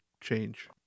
change